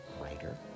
writer